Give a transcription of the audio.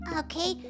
okay